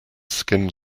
skin